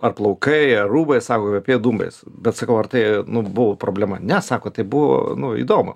ar plaukai ar rūbai sako kvepėjo dūmais bet sakau ar tai buvo problema ne sako tai buvo nu įdomu